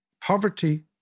Poverty